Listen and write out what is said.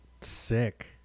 sick